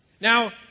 Now